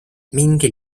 mingil